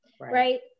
right